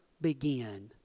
begin